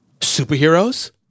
Superheroes